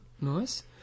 Nice